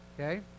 Okay